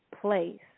place